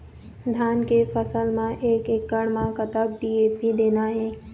धान के फसल म एक एकड़ म कतक डी.ए.पी देना ये?